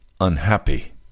unhappy